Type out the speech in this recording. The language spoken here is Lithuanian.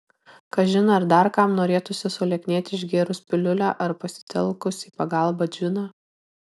kažin ar dar kam norėtųsi sulieknėti išgėrus piliulę ar pasitelkus į pagalbą džiną